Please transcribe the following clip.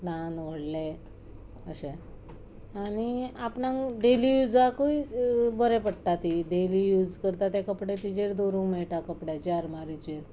ल्हान व्हडले अशे आनी आपणांक डेली युजाकूय बरे पडटा ती डेली यूज करता ते कपडे तिजेर दवरूंक मेळटा कपड्याच्या आरमारीचेर